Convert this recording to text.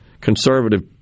conservative